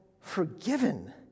forgiven